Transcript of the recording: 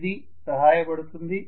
ఇది సహాయ పడుతుంది